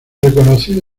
reconocido